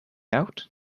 out